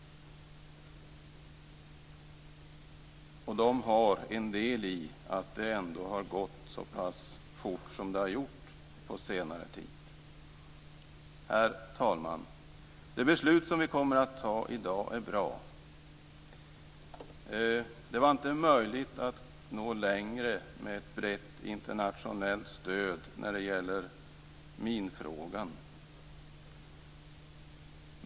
De har en del i att det ändå har gått så pass fort som det har gjort på senare tid. Herr talman! Det beslut som vi kommer att fatta i dag är bra. Det var inte möjligt att nå längre med ett brett internationellt stöd när det gäller minfrågan.